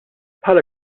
bħala